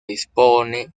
dispone